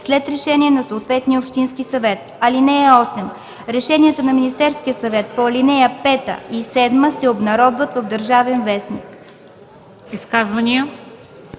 след решение на съответния общински съвет. (8) Решенията на Министерския съвет по ал. 5 и 7 се обнародват в „Държавен вестник.”